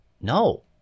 No